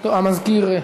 המזכיר.